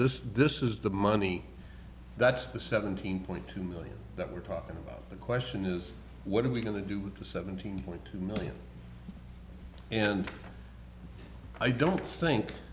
this this is the money that's the seventeen point two million that we're talking about the question is what are we going to do with the seventeen point two million and i don't think